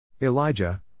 Elijah